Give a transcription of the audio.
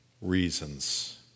reasons